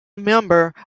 member